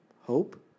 hope